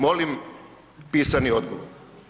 Molim pisani odgovor.